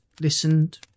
listened